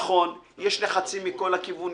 נכון, יש לחצים מכל הכיוונים.